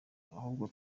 ahubwo